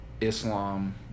Islam